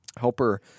Helper